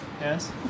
yes